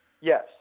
Yes